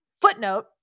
footnote